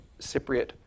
Cypriot